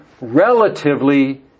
relatively